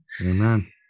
Amen